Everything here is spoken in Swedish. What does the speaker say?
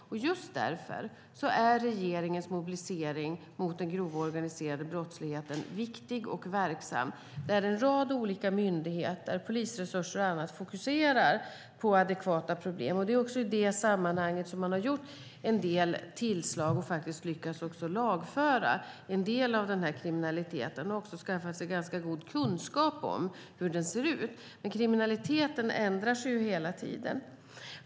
Just därför är regeringens mobilisering mot den grova organiserade brottsligheten viktig och verksam. En rad olika myndigheter, polisresurser och annat fokuserar på adekvata problem. Det är också i det sammanhanget som man har gjort en del tillslag och faktiskt lyckats lagföra en del av kriminaliteten och också skaffat sig ganska god kunskap om hur den ser ut. Men kriminaliteten ändrar sig ju hela tiden.